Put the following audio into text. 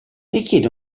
richiede